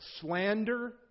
slander